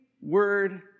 word